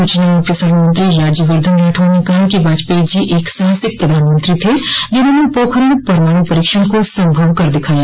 सूचना और प्रसारण मंत्री राज्यवर्धन राठौड़ ने कहा कि वाजपेयी जी एक साहसिक प्रधानमंत्री थे जिन्होंने पोखरण परमाणु परीक्षण को संभव कर दिखाया